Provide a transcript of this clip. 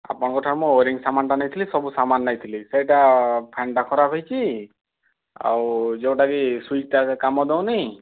ଆପଣଙ୍କ ଠାରୁ ମୁଁ ଓରିଏଣ୍ଟ୍ ସାମାନ୍ ଟା ନେଇଥିଲି ସବୁ ସାମାନ୍ ନେଇଥିଲି ସେଇଟା ଫ୍ୟାନ୍ ଟା ଖରାପ ହେଇଛି ଆଉ ଯେଉଁଟାକି ସୁଇଚ୍ ଟା କାମ ଦଉନି